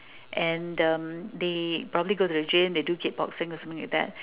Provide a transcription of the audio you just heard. and um they probably go to the gym they do kickboxing or something like that